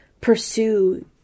pursue